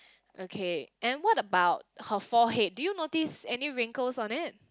okay and what about her forehead do you notice any wrinkles on it